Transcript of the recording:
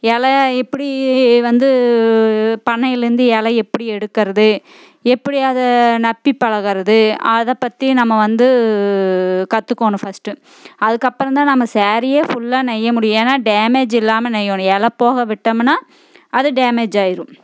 இலை எப்படி வந்து பனைலலேருந்து இலை எப்படி எடுக்கிறது எப்படி அதை நப்பி பழகிறது அதப்பற்றி நம்ம வந்து கற்றுக்கோணும் ஃபஸ்ட் அதுக்கு அப்றம் தான் நம்ம சேரியே ஃபுல்லாக நெய்ய முடியும் ஏன்னா டேமேஜ் இல்லாமல் நெய்யணும் இலை போக விட்டம்னா அது டேமேஜ் ஆகிரும்